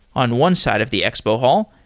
on one side of the expo hall,